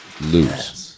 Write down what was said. lose